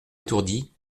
étourdi